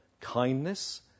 kindness